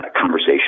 conversation